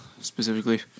specifically